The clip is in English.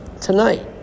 tonight